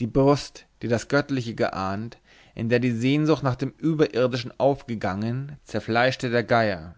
die brust die das göttliche geahnt in der die sehnsucht nach dem überirdischen aufgegangen zerfleischte der geier